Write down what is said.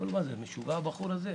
אמר: משוגע הבחור הזה,